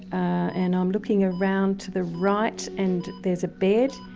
and i'm looking around to the right and there's a bed.